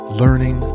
learning